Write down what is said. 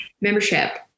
membership